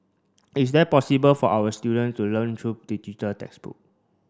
is there possible for our students to learn through digital textbook